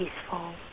peaceful